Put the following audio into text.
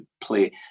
play